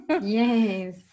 yes